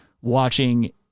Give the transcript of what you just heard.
watching